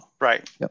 Right